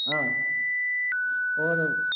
हाँ और